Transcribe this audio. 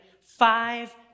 five